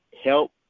help